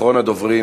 אחרון הדוברים,